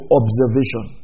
observation